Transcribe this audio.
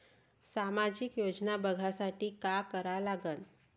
सामाजिक योजना बघासाठी का करा लागन?